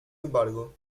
embargo